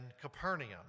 Capernaum